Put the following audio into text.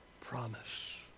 promise